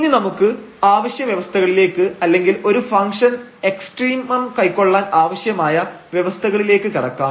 ഇനി നമുക്ക് ആവശ്യ വ്യവസ്ഥകളിലേക്ക് അല്ലെങ്കിൽ ഒരു ഫംഗ്ഷൻ എക്സ്ട്രീമം കൈക്കൊള്ളാൻ ആവശ്യമായ വ്യവസ്ഥകളിലേക്ക് കടക്കാം